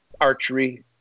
archery